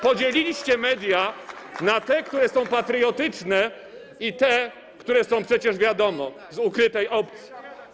Podzieliliście media na te, które są patriotyczne, i te, które są, przecież wiadomo, z ukrytej opcji.